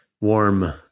warm